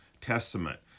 Testament